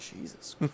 Jesus